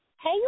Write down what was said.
Hey